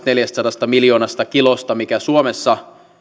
neljästäsadasta miljoonasta kilosta mikä suomessa